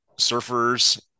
surfers